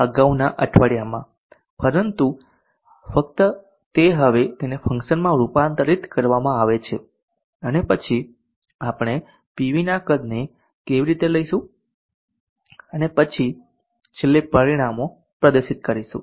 અગાઉના અઠવાડિયામાં પરંતુ ફક્ત તે હવે તેને ફંકશનમાં રૂપાંતરિત કરવામાં આવે છે અને પછી આપણે પીવીના કદને કેવી રીતે લઈશું અને પછી છેલ્લે પરિણામો પ્રદર્શિત કરીશું